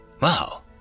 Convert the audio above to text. Wow